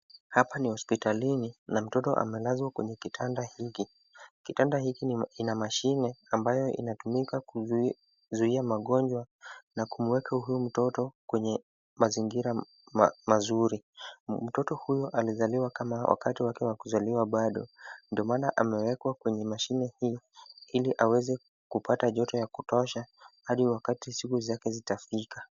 Hapa ni hospitalini na mtoto amelazwa kwenye kitanda hiki. Kitanda hiki ina mashine ambayo inatumika kuzuia magonjwa na kumueka huyu mtoto kwenye mazingira mazuri. Mtoto huyu alizaliwa kama wakati wake wa kuzaliwa bado ndo maana amewekwa kwenye mashine hii ili aweze kupata joto ya kutosha hadi wakati siku zake zitafika.